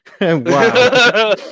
Wow